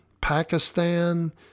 pakistan